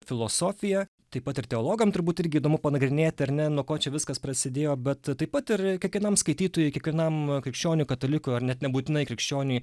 filosofija taip pat ir teologam turbūt irgi įdomu panagrinėti ar ne nuo ko čia viskas prasidėjo bet a taip pat ir a kiekvienam skaitytojui kiekvienam krikščioniui katalikų ar net nebūtinai krikščioniui